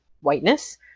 whiteness